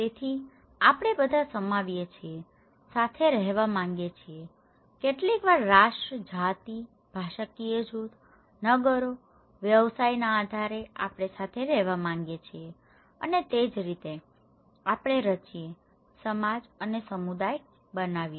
તેથી આપણે બધા સમાવીએ છીએ સાથે રહેવા માંગીએ છીએ કેટલીકવાર રાષ્ટ્ર જાતિ ભાષાકીય જૂથો નગરો વ્યવસાયોના આધારે આપણે સાથે રહેવા માંગીએ છીએ અને તે જ રીતે આપણે રચીએ સમાજ અને સમુદાય બનાવીએ